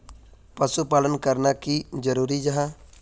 पशुपालन करना की जरूरी जाहा?